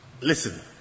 Listen